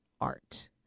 art